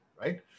right